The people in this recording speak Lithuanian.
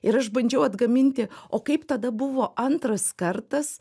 ir aš bandžiau atgaminti o kaip tada buvo antras kartas